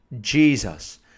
Jesus